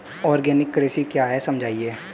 Organic कृषि क्या है समझाइए?